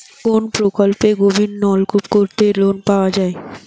কোন প্রকল্পে গভির নলকুপ করতে লোন পাওয়া য়ায়?